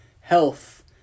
health